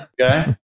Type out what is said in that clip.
okay